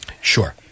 Sure